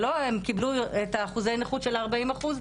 שלא הם קיבלו את אחוזי הנכות של 40 אחוז,